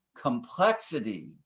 complexity